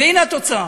והנה התוצאה.